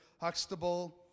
Huxtable